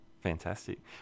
Fantastic